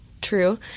true